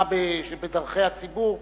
הנע בדרכי הציבור,